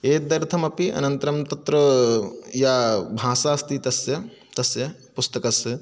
एतदर्थम् अपि अनन्तरं तत्र या भाषास्ति तस्य तस्य पुस्तकस्य